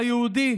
והיהודי,